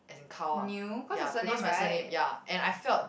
as in cow ah ya because my surname ya and I felt